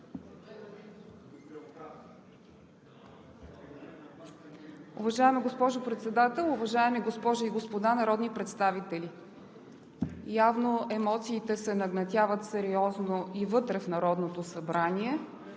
Уважаема госпожо Председател, уважаеми госпожи и господа народни представители! Явно емоциите се нагнетяват сериозно и вътре в Народното събрание,